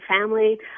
family